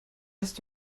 heißt